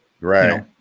right